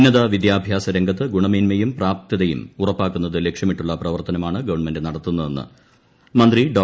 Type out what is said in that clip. ഉന്നത വിദ്യാഭ്യാസ രംഗത്ത് ഗുണമ്പേന്മയും പ്രാപ്യതയും ഉറപ്പാക്കുന്നത് ലക്ഷ്യമിട്ടുള്ള പ്രവർത്തനമാ്ണ് ഗവൺമെന്റ് നടത്തുന്നതെന്ന് മന്ത്രി ഡോ